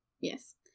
Yes